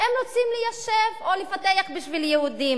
זה לא תמיד בשביל לבנות ליהודים.